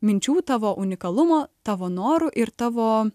minčių tavo unikalumo tavo norų ir tavo